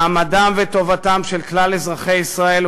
מעמדם וטובתם של כלל אזרחי ישראל,